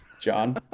John